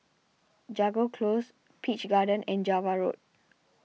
Jago Close Peach Garden and Java Road